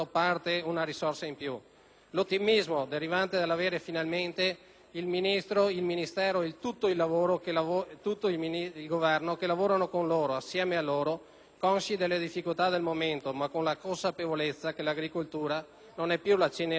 l'ottimismo derivante dall'avere finalmente il Ministro, il Ministero e tutto il Governo che lavorano con loro e insieme a loro, consci delle difficoltà del momento ma con la consapevolezza che l'agricoltura non è più la Cenerentola della nostra economia,